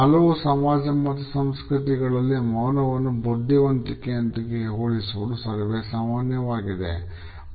ಹಲವು ಸಮಾಜ ಮತ್ತು ಸಂಸ್ಕೃತಿಗಳಲ್ಲಿ ಮೌನವನ್ನು ಬುದ್ಧಿವಂತಿಕೆಯೊಂದಿಗೆ ಹೋಲಿಸುವುದು ಸರ್ವೇಸಾಮಾನ್ಯವಾಗಿದೆ